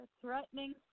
threatening